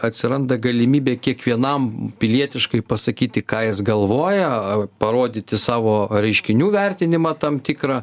atsiranda galimybė kiekvienam pilietiškai pasakyti ką jis galvoja parodyti savo reiškinių vertinimą tam tikrą